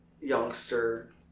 youngster